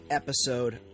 episode